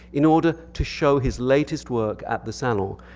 in order to show his latest work at the salon.